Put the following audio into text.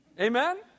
Amen